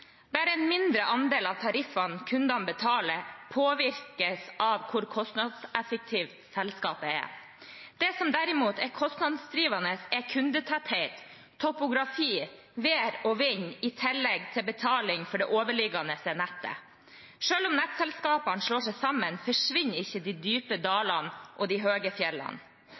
Bare en mindre andel av tariffene kundene betaler, påvirkes av hvor kostnadseffektivt selskapet er. Det som derimot er kostnadsdrivende, er kundetetthet, topografi, vær og vind i tillegg til betaling for det overliggende nettet. Selv om nettselskapene slår seg sammen, forsvinner ikke de dype dalene og de høye fjellene.